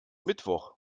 mittwoch